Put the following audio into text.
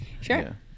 Sure